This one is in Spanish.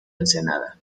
ensenada